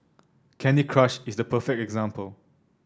Candy Crush is the perfect example